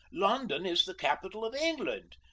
london is the capital of england.